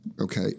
Okay